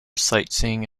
sightseeing